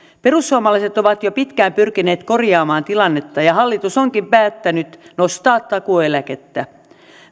perussuomalaiset ovat jo pitkään pyrkineet korjaamaan tilannetta ja hallitus onkin päättänyt nostaa takuueläkettä